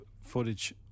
footage